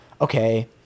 okay